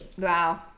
Wow